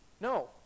No